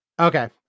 Okay